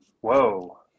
Whoa